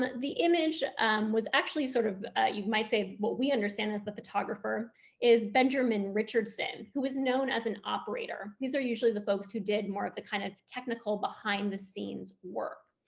um the image was actually sort of you might say, what we understand as the photographer is benjamin richardson who was known as an operator. these are usually the folks who did more of the kind of technical behind-the-scenes work,